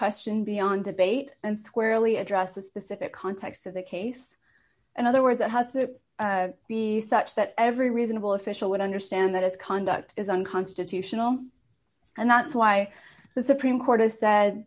question beyond debate and squarely address the specific context of the case in other words it has to be such that every reasonable official would understand that its conduct is unconstitutional and that's why the supreme court has said